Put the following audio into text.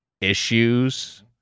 issues